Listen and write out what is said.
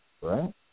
Right